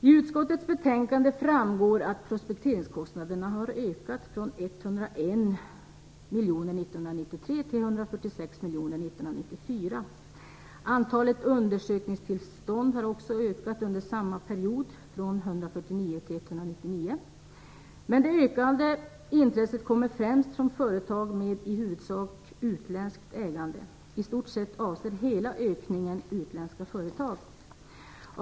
I utskottets betänkande framgår att prospekteringskostnaderna har ökat från 101 miljoner 1993 till 146 miljoner 1994. Antalet undersökningstillstånd har också ökat under samma period, från 149 till 199. Men det ökande intresset kommer främst från företag med i huvudsak utländskt ägande. I stort sett avser hela ökningen utländska företag.